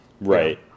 right